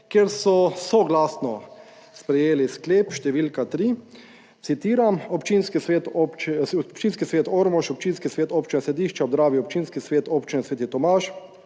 kjer so soglasno sprejeli sklep številka tri. Citiram: Občinski svet Ormož, Občinski svet občine Sedišče ob Dravi, Občinski svet občine Sveti Tomaž.